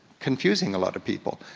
confusing a lot of people.